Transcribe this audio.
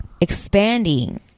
expanding